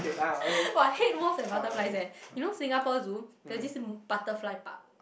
!wah! I hate moths and butterflies eh you know Singapore Zoo there's this m~ butterfly park